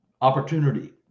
opportunity